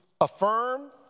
Affirm